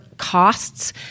costs